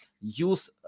use